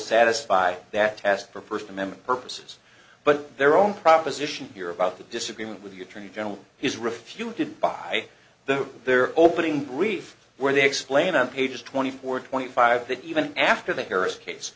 satisfy that test for first amendment purposes but their own proposition here about the disagreement with your tribunal has refuted by the their opening brief where they explain on pages twenty four twenty five that even after the harris case